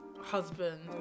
husband